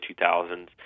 2000s